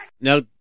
No